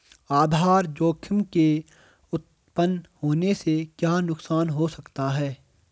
आधार जोखिम के उत्तपन होने से क्या नुकसान हो सकता है?